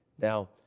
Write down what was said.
now